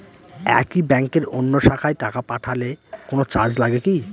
একই ব্যাংকের অন্য শাখায় টাকা পাঠালে কোন চার্জ লাগে কি?